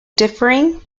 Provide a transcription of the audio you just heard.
differing